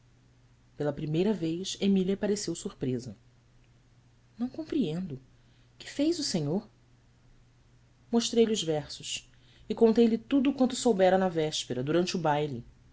pela primeira vez emília pareceu surpresa ão compreendo que fez o senhor mostrei-lhe os versos e contei-lhe tudo quanto soubera na véspera durante o baile